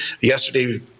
yesterday